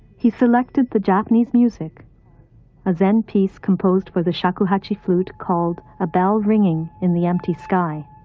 he selected the japanese music a zen piece composed for the shakuhachi flute called a bell ringing in the empty sky,